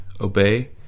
obey